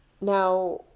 Now